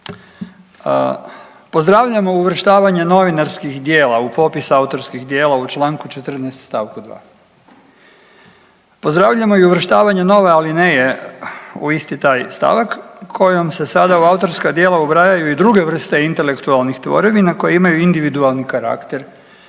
Pozdravljamo uvrštavanje novinarskih djela u popis autorskih djela u čl. 14 st. 2. Pozdravljamo i uvrštavanje nove alineje u isti taj stavak kojom se sada u autorska djela ubrajaju i druge vrste intelektualnih tvorevina koje imaju individualni karakter,